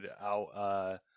out